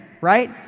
right